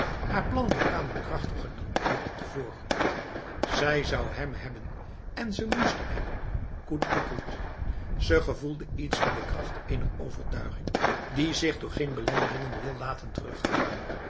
haar plannen kwamen krachtiger dan ooit op de voorgrond zij zou hem hebben en ze moest hem hebben coüte que coüte ze gevoelde iets van de kracht ener overtuiging die zich door geen belemmeringen wil laten terughouden